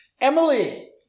Emily